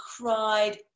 cried